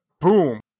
boom